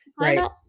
Right